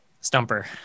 Stumper